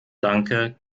danke